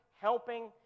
helping